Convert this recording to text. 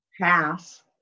pass